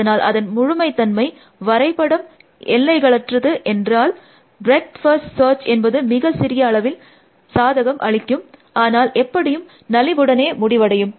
அதனால் அதன் முழுமைத்தன்மை வரைபடம் எல்லைகளற்றது என்றால் ப்ரெட்த் ஃபர்ஸ்ட் சர்ச் என்பது மிக சிறிய அளவில் சாதகம் அளிக்கும் அனால் எப்படியும் நலிவுடனே முடிவடையும்